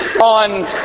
On